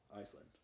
Iceland